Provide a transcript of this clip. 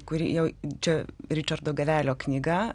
kuri jau čia ričardo gavelio knyga